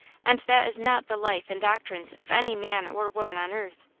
and that is not the life and doctrines of any man or woman on earth.